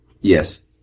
Yes